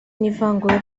n’ivangura